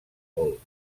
vol